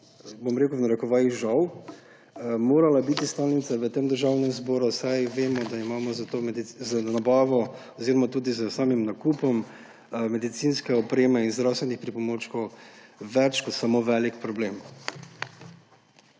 komisija, v narekovajih, žal morala biti stalnica v Državnemu zboru, saj vemo, da imamo z nabavo oziroma tudi s samim nakupom medicinske opreme in zdravstvenih pripomočkov več kot samo velik problem.